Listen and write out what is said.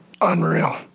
Unreal